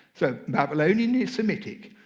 so babylonian is semitic.